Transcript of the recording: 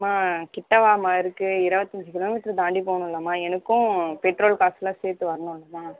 அம்மா கிட்டேவாம்மா இருக்குது இருபத்தஞ்சி கிலோமீட்ரு தாண்டி போகணும்லம்மா எனக்கும் பெட்ரோல் காசுலாம் சேர்த்து வரணும்லம்மா